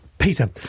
Peter